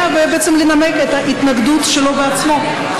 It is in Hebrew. ובעצם לנמק את ההתנגדות שלו בעצמו,